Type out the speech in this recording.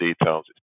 details